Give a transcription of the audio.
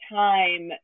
time